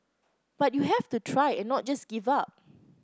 but you have to try and not just give up